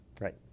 right